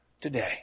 today